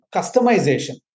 Customization